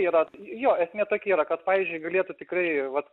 yra jo esmė tokia yra kad pavyzdžiui galėtų tikrai vat